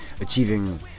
achieving